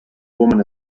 woman